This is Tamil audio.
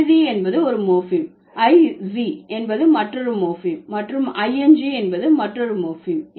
இறுதி என்பது ஒரு மோர்பீம் iz என்பது மற்றொரு மோர்பீம் மற்றும் i n g என்பது மற்றொரு மோர்பீம்